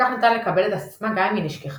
כך ניתן לקבל את הסיסמה גם אם היא נשכחה,